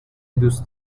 دوست